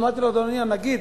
אמרתי לו: אדוני הנגיד,